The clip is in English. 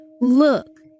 Look